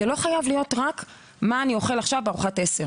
זה לא יכול להיות באופן ישיר בו הילד